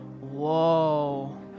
whoa